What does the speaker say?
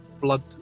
blood